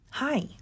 Hi